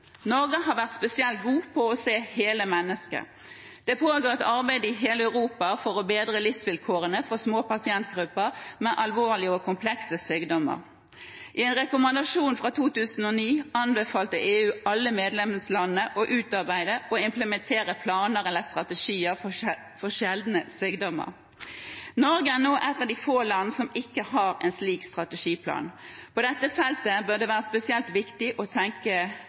Norge har vært spesielt god på å se hele mennesket. Det pågår et arbeid i hele Europa for å bedre livsvilkårene for små pasientgrupper med alvorlige og komplekse sykdommer. I en rekommandasjon fra 2009 anbefalte EU alle medlemslandene å utarbeide og implementere planer eller strategier for sjeldne sykdommer. Norge er nå et de få land som ikke har en slik strategiplan. På dette feltet bør det være spesielt viktig å tenke